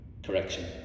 Correction